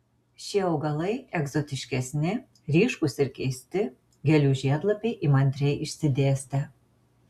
šie augalai egzotiškesni ryškūs ir keisti gėlių žiedlapiai įmantriai išsidėstę